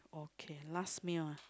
okay last meal ah